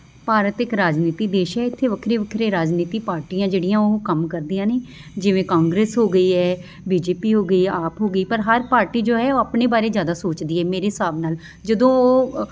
ਭਾਰਤ ਇੱਕ ਰਾਜਨੀਤੀ ਦੇਸ਼ ਹੈ ਇੱਥੇ ਵੱਖਰੇ ਵੱਖਰੇ ਰਾਜਨੀਤੀ ਪਾਰਟੀਆਂ ਜਿਹੜੀਆਂ ਉਹ ਕੰਮ ਕਰਦੀਆਂ ਨੇ ਜਿਵੇਂ ਕਾਂਗਰਸ ਹੋ ਗਈ ਹੈ ਬੀ ਜੇ ਪੀ ਹੋ ਗਈ ਆਪ ਹੋ ਗਈ ਪਰ ਹਰ ਪਾਰਟੀ ਜੋ ਹੈ ਉਹ ਆਪਣੇ ਬਾਰੇ ਜ਼ਿਆਦਾ ਸੋਚਦੀ ਹੈ ਮੇਰੇ ਹਿਸਾਬ ਨਾਲ ਜਦੋਂ ਉਹ